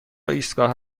ایستگاه